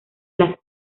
las